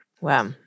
Wow